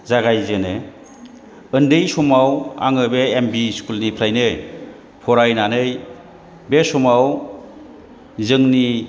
जागायजेनो उन्दै समाव आङो बे एमभि स्कुलनिफ्रायनो फरायनानै बे समाव जोंनि